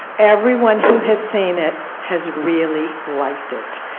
everyone who has seen it has really liked it.